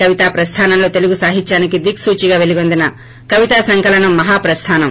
కవితా ప్రస్థానంలో తెలుగు సాహిత్యానికి దిక్పూచికగా పెలుగొందిన కవితా సంకలనం మహాప్రస్తానం